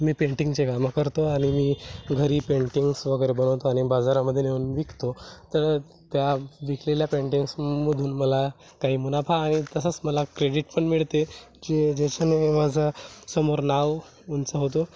मी पेंटिंगचे कामं करतो आणि मी घरी पेंटिंग्स वगैरे बनवतो आणि बाजारामध्ये नेऊन विकतो तर त्या विकलेल्या पेंटिंग्समधून मला काही मुनाफा आणि तसंच मला क्रेडीट पण मिळते जे ज्याच्याने माझा समोर नाव उंच होतो